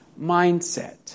mindset